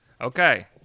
Okay